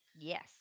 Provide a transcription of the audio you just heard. Yes